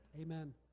amen